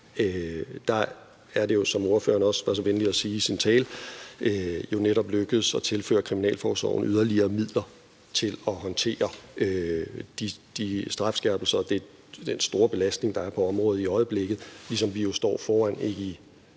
er det jo, som ordføreren også var så venlig at sige i sin tale, jo netop lykkedes at tilføre kriminalforsorgen yderligere midler til at håndtere de strafskærpelser og den store belastning, der er på området i øjeblikket, ligesom vi jo står foran i